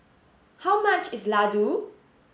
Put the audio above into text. how much is Ladoo